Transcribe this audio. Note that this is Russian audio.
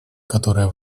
которая